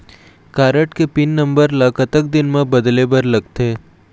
Card के pin number ला कतक दिन म बदले बर लगथे?